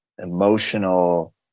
emotional